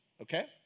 Okay